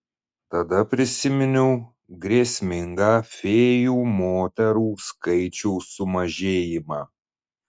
tada prisiminiau grėsmingą fėjų moterų skaičiaus sumažėjimą